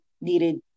needed